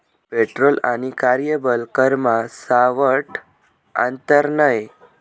petrol आणि कार्यबल करमा सावठं आंतर नै